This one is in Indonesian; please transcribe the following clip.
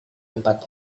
empat